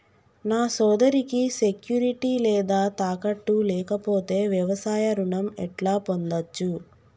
నా సోదరికి సెక్యూరిటీ లేదా తాకట్టు లేకపోతే వ్యవసాయ రుణం ఎట్లా పొందచ్చు?